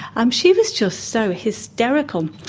um she was just so hysterical,